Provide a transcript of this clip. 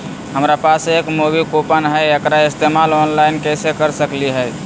हमरा पास एक मूवी कूपन हई, एकरा इस्तेमाल ऑनलाइन कैसे कर सकली हई?